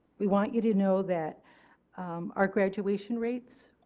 we want you to know that our graduation rates